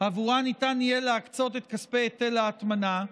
שעבורן ניתן יהיה להקצות את כספי היטל ההטמנה,